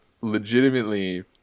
legitimately